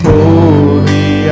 Holy